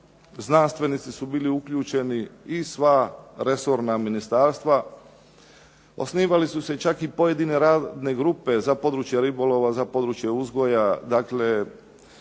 znanstvenici su bili uključeni i sva resorna ministarstva. Osnivale su se čak i pojedine radne grupe za područje ribolova, za područje uzgoja. Dakle